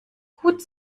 gut